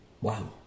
Wow